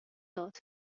داد